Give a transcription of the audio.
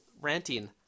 ranting